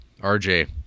RJ